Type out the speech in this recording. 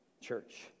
church